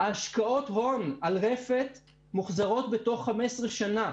השקעות ההון על רפת מוחזרות תוך 15 שנה.